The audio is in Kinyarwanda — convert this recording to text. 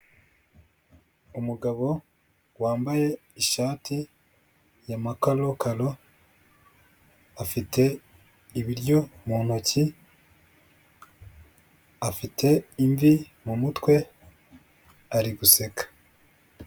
Umugabo wambaye ishati ya makarokaro afite ibiryo mu ntoki afite imvi mu mutwe, ari guseka.